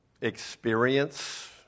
experience